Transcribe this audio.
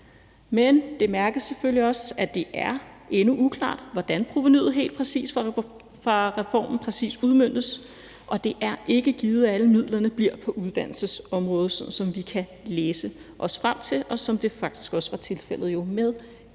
Men det bemærkes selvfølgelig også, at det endnu er uklart, hvordan provenuet fra reformen helt præcis udmøntes, og det er ikke givet, at alle midlerne bliver på uddannelsesområdet, som vi kan læse os frem til, og som det jo faktisk også var tilfældet med